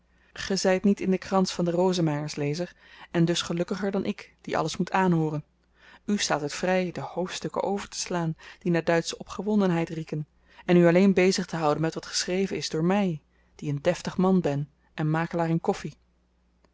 zyt niet in den krans van de rosemeyers lezer en dus gelukkiger dan ik die alles moet aanhooren u staat het vry de hoofdstukken overteslaan die naar duitsche opgewondenheid rieken en u alleen bezig te houden met wat geschreven is door my die een deftig man ben en makelaar in koffi